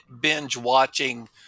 binge-watching